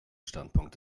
standpunkt